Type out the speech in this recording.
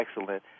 excellent